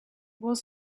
was